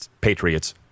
Patriots